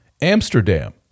Amsterdam